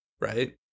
Right